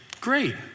Great